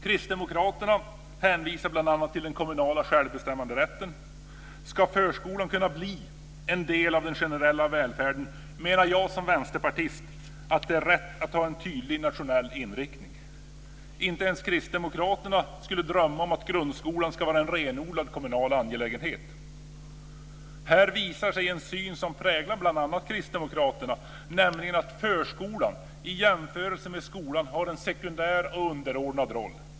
Kristdemokraterna hänvisar bl.a. till den kommunala självbestämmanderätten. För att förskolan ska kunna bli en del av den generella välfärden är det, menar jag som vänsterpartist, rätt att ha en tydlig nationell inriktning. Inte ens Kristdemokraterna skulle drömma om att grundskolan ska vara en renodlat kommunal angelägenhet. Här visar sig en syn som präglar bl.a. Kristdemokraterna, nämligen att förskolan i jämförelse med skolan har en sekundär, underordnad, roll.